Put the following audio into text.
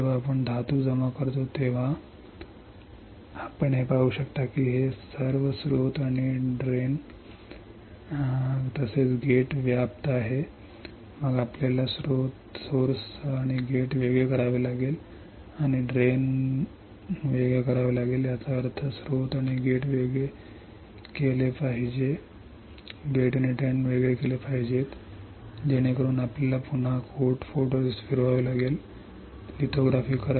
जेव्हा आपण धातू जमा करतो तेव्हा आपण हे पाहू शकता की हे सर्व क्षेत्र स्त्रोत आणि तसेच गेट व्यापत आहे मग आपल्याला स्त्रोत आणि गेट वेगळे करावे लागेल आणि निचरा करावे लागेल याचा अर्थ स्त्रोत आणि गेट वेगळे केले पाहिजेत गेट आणि ड्रेन वेगळे केले पाहिजेत जेणेकरून आपल्याला पुन्हा कोट फोटोरिस्टिस्ट फिरवावे लागेल लिथोग्राफी करा